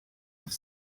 auf